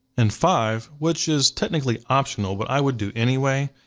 and five, which is technically optional, but i would do anyway,